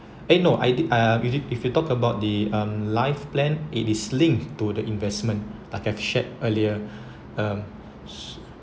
eh no I did uh is it if you talk about the um life plan it is linked to the investment like I've shared earlier um so